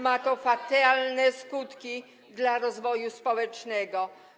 Ma to fatalne skutki dla rozwoju społecznego.